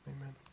Amen